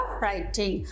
writing